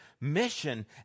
mission